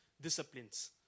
disciplines